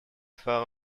fell